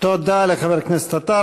תודה לחבר הכנסת עטר.